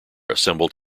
assembled